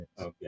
okay